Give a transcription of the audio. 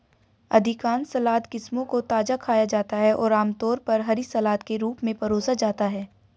अधिकांश सलाद किस्मों को ताजा खाया जाता है और आमतौर पर हरी सलाद के रूप में परोसा जाता है